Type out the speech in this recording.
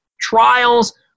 trials